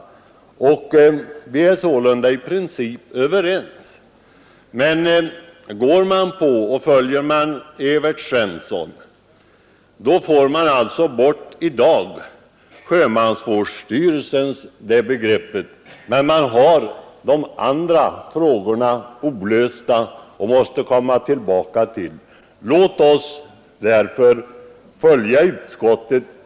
= Vi är sålunda i princip överens. Om vi följer Evert Svensson får vi i dag bort namnet sjömansvårdsstyrelsen, men de övriga frågorna står kvar olösta, och vi får alltså komma tillbaka till dem. Låt oss därför följa utskottet.